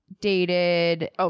dated